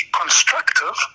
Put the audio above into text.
constructive